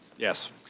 yes.